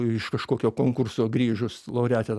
iš kažkokio konkurso grįžus laureatė